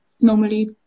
normally